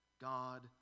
God